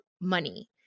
money